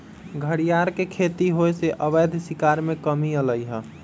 घरियार के खेती होयसे अवैध शिकार में कम्मि अलइ ह